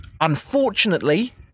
unfortunately